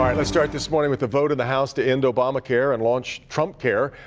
um let's start this morning with the vote in the house to end obamacare and launch trump care.